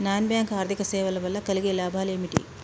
Non bank ఆర్థిక సేవల వల్ల కలిగే లాభాలు ఏమిటి?